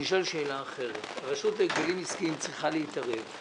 אני שואל שאלה אחרת: הרשות להגבלים עסקיים צריכה להתערב,